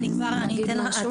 אני כבר אתן לך,